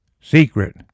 secret